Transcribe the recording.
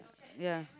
ya